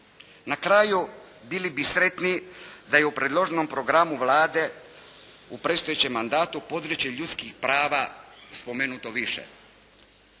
Na kraju bili bi sretni da je u predloženom programu Vlade u predstojećem mandatu područje ljudskih prava spomenuto više,